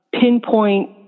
pinpoint